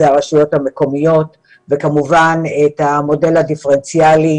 אלה הן הרשויות המקומיות וכמובן את המודל הדיפרנציאלי